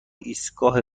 ایستگاه